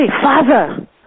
Father